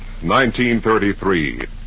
1933